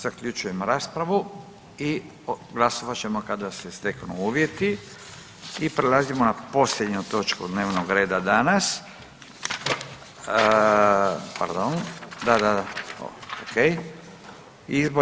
Zaključujem raspravu i glasovat ćemo kada se steknu uvjeti i prelazimo na posljednju točku dnevnog reda danas, pardon, da, da, okej.